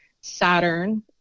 Saturn